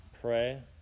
pray